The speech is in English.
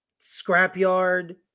scrapyard